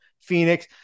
Phoenix